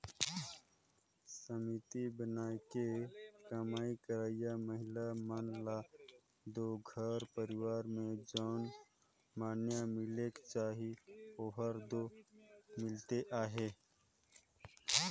समिति बनाके कमई करइया महिला मन ल दो घर परिवार में जउन माएन मिलेक चाही ओहर दो मिलते अहे